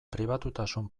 pribatutasun